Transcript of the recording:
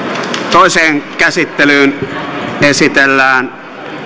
toiseen käsittelyyn esitellään